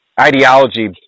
ideology